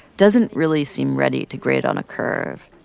doesn't really seem ready to grade on a curve.